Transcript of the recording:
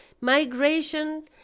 migration